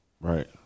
Right